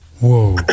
Whoa